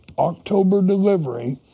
october delivery,